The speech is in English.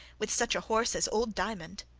with such a horse as old diamond.